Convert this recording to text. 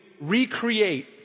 recreate